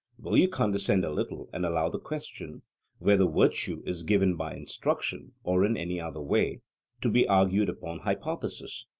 will you condescend a little, and allow the question whether virtue is given by instruction, or in any other way to be argued upon hypothesis?